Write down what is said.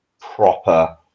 proper